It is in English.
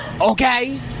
Okay